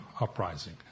uprising